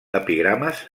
epigrames